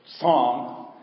song